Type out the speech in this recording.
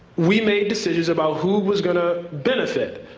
we made decisions about who was going to benefit,